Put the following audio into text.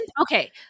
Okay